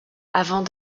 avant